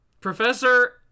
Professor